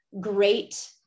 great